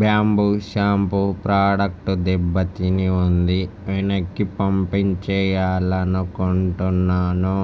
bamboo shampoo product దెబ్బ తిని ఉంది వెనక్కి పంపించేయాలనుకుంటున్నాను